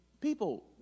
people